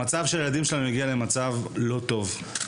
הילדים שלנו הגיעו למצב לא טוב.